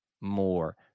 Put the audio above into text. more